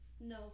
No